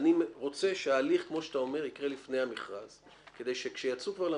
אני רוצה שההליך כמו שאתה אומר יקרה לפני המכרז כדי שכשיצאו כבר למכרז,